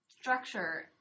structure